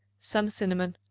some cinnamon,